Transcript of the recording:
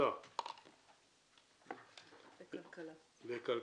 אוצר וכלכלה ועבודה.